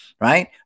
right